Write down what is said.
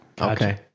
Okay